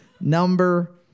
number